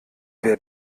wer